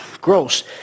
gross